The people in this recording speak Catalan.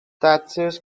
taxes